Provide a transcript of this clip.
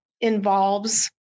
involves